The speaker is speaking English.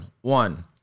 one